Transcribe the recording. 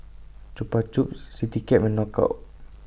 Chupa Chups Citycab and Knockout